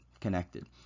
connected